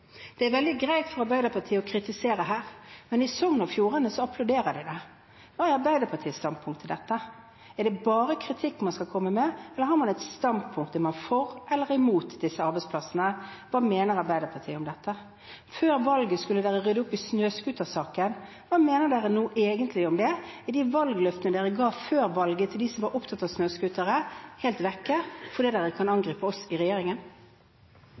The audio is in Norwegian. Det er veldig greit for Arbeiderpartiet å kritisere, men i Sogn og Fjordane applauderer de det. Hva er Arbeiderpartiets standpunkt til dette? Er det bare kritikk man skal komme med, eller har man et standpunkt? Er man for eller imot disse arbeidsplassene? Hva mener Arbeiderpartiet om dette? Før valget skulle de rydde opp i snøscootersaken, hva mener de nå egentlig om det? Er de valgløftene de ga før valget til dem som var opptatt av snøscootere, helt vekk fordi de kan angripe oss i regjeringen?